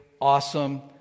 awesome